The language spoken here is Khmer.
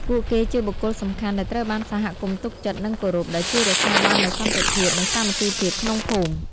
ពួកគេជាបុគ្គលសំខាន់ដែលត្រូវបានសហគមន៍ទុកចិត្ត និងគោរព ដែលជួយរក្សាបាននូវសន្តិភាព និងសាមគ្គីភាពក្នុងភូមិ។